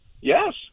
Yes